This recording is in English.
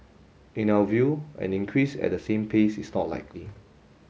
in our view an increase at the same pace is not likely